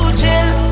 chill